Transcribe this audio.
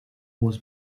was